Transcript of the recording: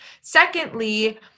Secondly